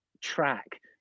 track